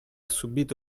subito